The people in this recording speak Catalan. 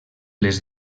les